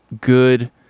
good